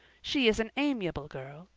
she is an amiable girl,